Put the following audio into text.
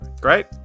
Great